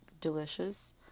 delicious